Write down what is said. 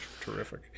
terrific